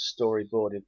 storyboarded